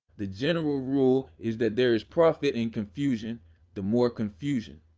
the general rule is that there is profit in confusion the more confusion,